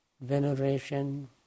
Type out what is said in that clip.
veneration